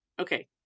Okay